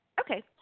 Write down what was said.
Okay